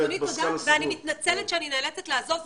אדוני, תודה, ואני מתנצלת שאני נאלצת לעזוב,